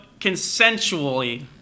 consensually